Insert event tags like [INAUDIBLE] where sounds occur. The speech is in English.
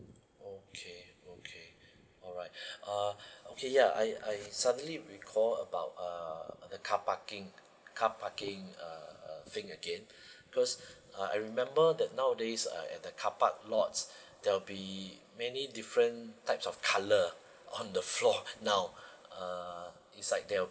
okay okay alright [BREATH] okay ya I I suddenly recall about uh the car parking car parking uh uh thing again [BREATH] because [BREATH] uh I remember that nowadays uh at the carpark lots there will be many different types of colour on the floor now uh it's like there will